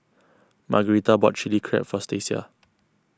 Margarita bought Chili Crab for Stacia